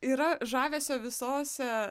yra žavesio visose